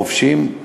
חובשים,